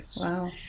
Wow